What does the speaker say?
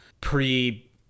pre